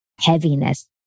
heaviness